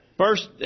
First